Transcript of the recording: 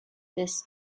this